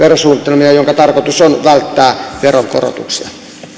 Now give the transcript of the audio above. verosuunnitelmia joiden tarkoitus on välttää veronkorotuksia